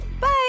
bye